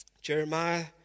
Jeremiah